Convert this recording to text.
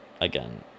again